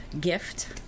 gift